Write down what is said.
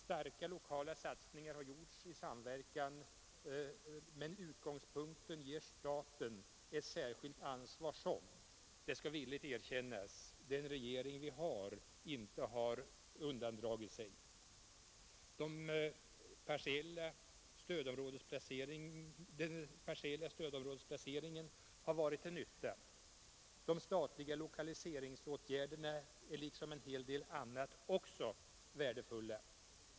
Starka lokala satsningar har gjorts i samverkan, men utgångspunkten ger staten ett särskilt ansvar som, det skall villigt erkännas, den regering vi har inte har undandragit sig. Den partiella stödområdesplaceringen har varit till nytta. De statliga lokaliseringsåtgärderna är liksom en hel del annat också värdefulla.